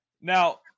now